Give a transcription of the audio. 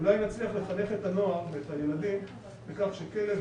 אולי נצליח לחנך את הנוער ואת הילדים בכך שכלב